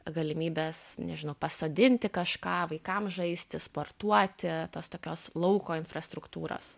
galimybės nežinau pasodinti kažką vaikams žaisti sportuoti tos tokios lauko infrastruktūros